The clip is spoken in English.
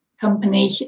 company